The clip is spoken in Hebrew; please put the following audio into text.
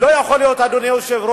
לא יכולה להיות, אדוני היושב-ראש,